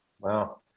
wow